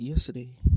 Yesterday